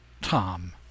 Tom